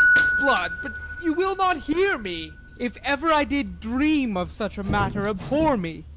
sblood, but you will not hear me if ever i did dream of such a matter, abhor me.